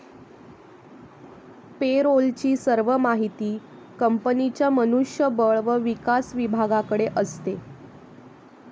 पे role ची सर्व माहिती कंपनीच्या मनुष्य बळ व विकास विभागाकडे असते